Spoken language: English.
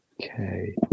okay